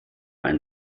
ein